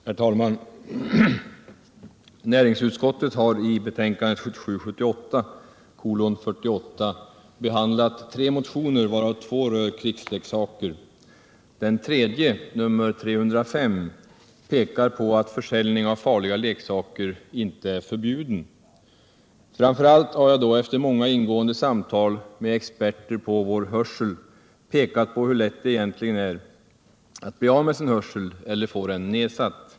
Herr talman! Näringsutskottet har i betänkandet 1977/78:48 behandlat tre motioner, varav två rör krigsleksaker. I den tredje motionen, nr 305, framhålls att försäljning av farliga leksaker inte är förbjuden. Framför allt har jag, efter många ingående samtal med hörselexperter, pekat på hur lätt det egentligen är att bli av med sin hörsel eller att få den nedsatt.